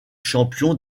champion